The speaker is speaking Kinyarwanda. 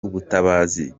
ubutabazi